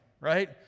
right